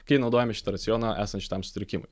kai naudojame šitą racioną esant šitam sutrikimui